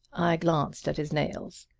i glanced at his nails.